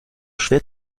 schwer